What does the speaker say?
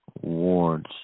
wards